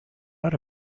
out